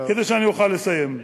כדי שאני אוכל לסיים.